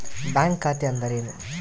Bank ಖಾತೆ ಅಂದರೆ ಏನು?